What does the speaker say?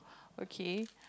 okay